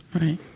Right